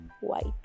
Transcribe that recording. white